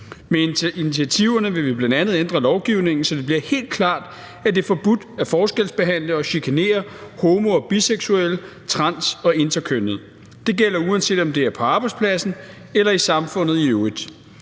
Med initiativerne vil vi bl.a. ændre lovgivningen, så det bliver helt klart, at det er forbudt at forskelsbehandle og chikanere homo- og biseksuelle, trans- og interkønnede. Det gælder, uanset om det er på arbejdspladsen eller i samfundet i øvrigt.